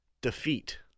defeat